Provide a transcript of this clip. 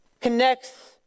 connects